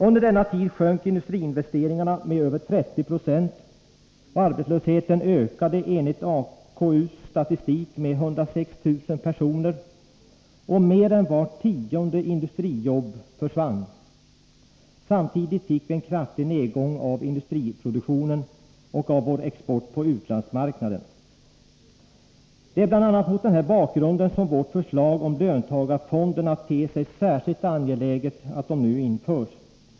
Under denna tid sjönk industriinvesteringarna med över 30 96, arbetslösheten ökade enligt AKU:s statistik med 106 000 personer och mer än vart tionde industrijobb försvann. Samtidigt fick vi en kraftig nedgång av industriproduktionen och vår export på utlandsmarknaden. Det är bl.a. mot den här bakgrunden som det ter sig särskilt angeläget att löntagarfonderna enligt vårt förslag nu införs.